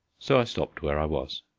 so i stopped where i was.